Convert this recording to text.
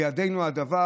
בידינו הדבר.